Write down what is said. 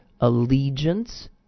allegiance